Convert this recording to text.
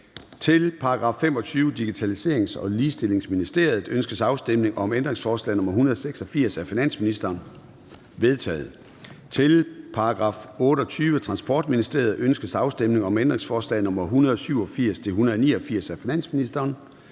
Til § 25. Digitaliserings- og Ligestillingsministeriet. Ønskes afstemning om ændringsforslag nr. 186 af finansministeren? Det er vedtaget. Kl. 16:15 Formanden (Søren Gade): Til § 28. Transportministeriet. Ønskes afstemning om ændringsforslag nr. 187-189 af finansministeren?